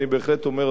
אדוני היושב-ראש,